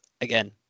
again